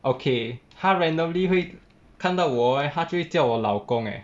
okay 她 randomly 会看到我 eh 她就会叫我老公 eh